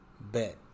Bet